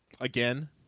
again